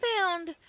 found